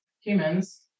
humans